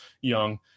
young